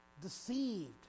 Deceived